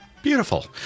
Beautiful